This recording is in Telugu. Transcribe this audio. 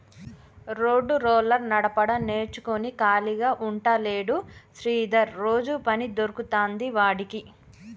రోడ్డు రోలర్ నడపడం నేర్చుకుని ఖాళీగా ఉంటలేడు శ్రీధర్ రోజు పని దొరుకుతాంది వాడికి